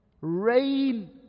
Rain